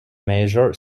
major